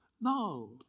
No